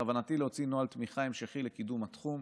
בכוונתי להוציא נוהל תמיכה המשכי לקידום התחום.